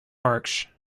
march